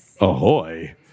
Ahoy